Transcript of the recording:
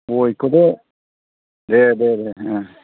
गयखौथ' दे दे दे